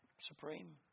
supreme